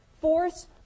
force